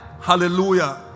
Hallelujah